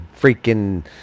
freaking